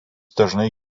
dažnai